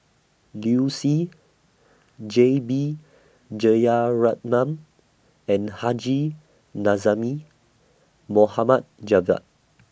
Liu Si J B Jeyaretnam and Haji Mohd Javad